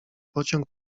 pociąg